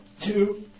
Two